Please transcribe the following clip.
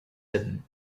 hidden